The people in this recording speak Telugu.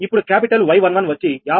ఇప్పుడు క్యాపిటల్ Y11 వచ్చి 53